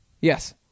Yes